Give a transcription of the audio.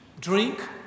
drink